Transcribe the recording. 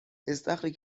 استخری